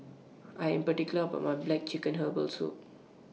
I Am particular about My Black Chicken Herbal Soup